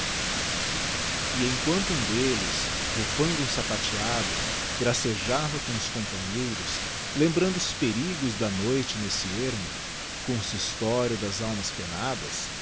e emquanto um delles rufando um sapateado gracejava com os companheiros lembrando os perigos da noite nesse ermo consistório das almas penadas